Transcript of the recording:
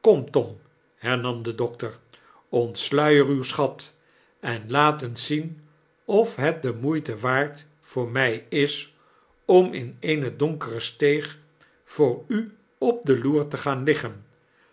kom tom hernam de dokter ontsluier uw schat en laat eens zien of het de moeite waard voor raft is om in eene donkere steeg voor u op de loer te gaan liggen